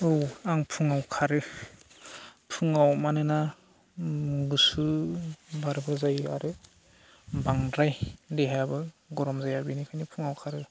औ आं फुङाव खारो फुङाव मानोना गुसु बारबो जायो आरो बांद्राय देहायाबो गरम जाया बेनिखायनो फुङाव खारो